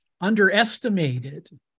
underestimated